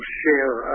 share